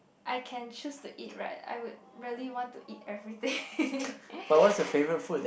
I can choose to eat right I would really want to eat everything